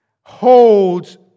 holds